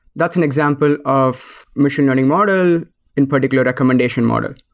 that's an example of machine learning model in particular recommendation model.